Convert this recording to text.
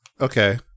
Okay